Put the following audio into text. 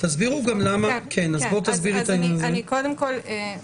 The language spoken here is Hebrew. קודם כול,